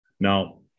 Now